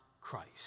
Christ